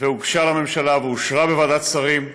והוגשה לממשלה ואושרה בוועדת שרים.